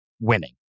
winning